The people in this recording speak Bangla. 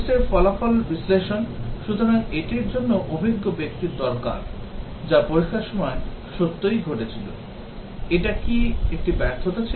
Test র ফলাফল বিশ্লেষণ সুতরাং এটির জন্যও অভিজ্ঞ ব্যক্তির দরকার যা পরীক্ষার সময় সত্যই ঘটেছিল এটা কি একটি ব্যর্থতা ছিল